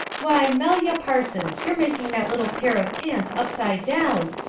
why, melia parsons, you're making that little pair of pants upside down,